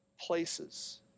places